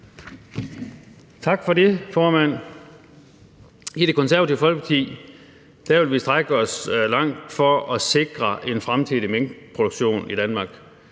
Tak for det, formand. I Det Konservative Folkeparti vil vi strække os langt for at sikre en fremtidig minkproduktion i Danmark.